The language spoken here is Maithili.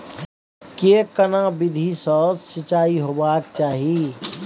के केना विधी सॅ सिंचाई होबाक चाही?